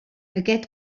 aquest